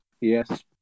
Yes